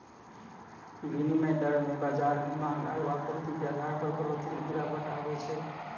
विनिमय दर मे बाजार मे मांग आरू आपूर्ति के आधार पर बढ़ोतरी गिरावट आवै छै